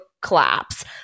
collapse